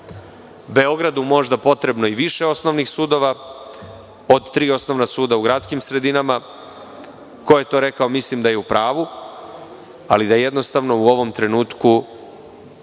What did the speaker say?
Beogradu možda potrebno i više osnovnih sudova od tri osnovna suda u gradskim sredinama. Ko je to rekao mislim da je u pravu, ali da jednostavno u ovom trenutku